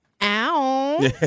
Ow